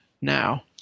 now